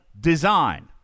design